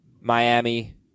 Miami